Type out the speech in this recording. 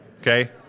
Okay